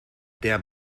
der